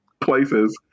places